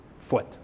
foot